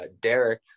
derek